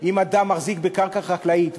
אם אדם מחזיק בקרקע חקלאית,